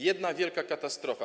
Jedna wielka katastrofa.